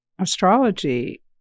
astrology